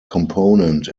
component